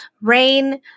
Rain